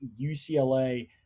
UCLA